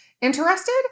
Interested